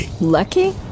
Lucky